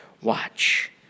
watch